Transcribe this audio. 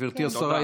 גברתי השרה,